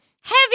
Heavy